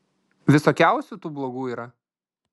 visokiausių tų blogų yra